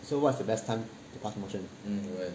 so what's the best time to pass motion